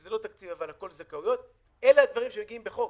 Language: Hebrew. שזה לא תקציב אבל הכול זכאויות אלה הדברים שמגיעים בחוק.